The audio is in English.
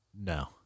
No